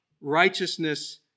righteousness